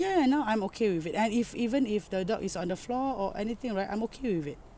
ya ya now I'm okay with it and if even if the dog is on the floor or anything right I'm okay with it